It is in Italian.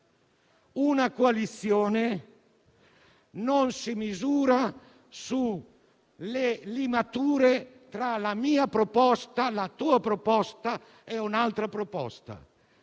di partiti e non si misura sulle limature tra la mia proposta, la tua proposta e un'altra proposta.